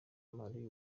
mali